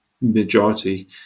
majority